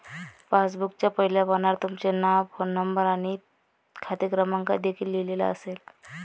पासबुकच्या पहिल्या पानावर तुमचे नाव, फोन नंबर आणि खाते क्रमांक देखील लिहिलेला असेल